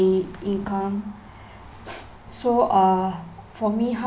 pay income so uh for me how